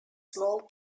small